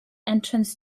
entrance